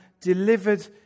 delivered